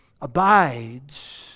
abides